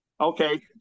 Okay